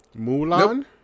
Mulan